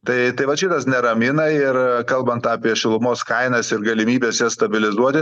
tai tai vat šitas neramina ir kalbant apie šilumos kainas ir galimybes jas stabilizuoti